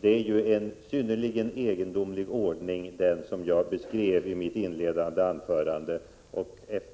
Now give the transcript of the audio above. Det är en synnerligen egendomlig ordning för dessa anslag, så som jag beskrev i mitt inledningsanförande.